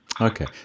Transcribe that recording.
Okay